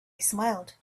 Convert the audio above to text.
smiled